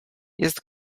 jest